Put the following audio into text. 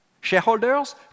Shareholders